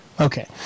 Okay